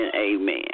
amen